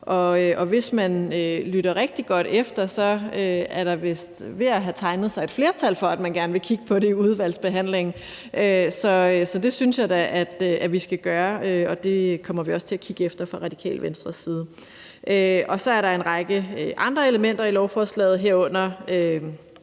og hvis man lytter rigtig godt efter, er der vist ved at have tegnet sig et flertal for, at man gerne vil kigge på det i udvalgsbehandlingen. Så det synes jeg da vi skal gøre, og det kommer vi også til at kigge på fra Radikale Venstres side. Så er der en række andre elementer i lovforslaget, herunder